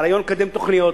והרעיון הוא לקדם תוכנית.